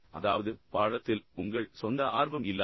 அதாவது பாடத்தில் உங்கள் சொந்த ஆர்வம் இல்லாதது